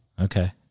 Okay